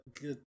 good